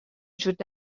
جود